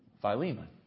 Philemon